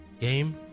game